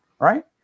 right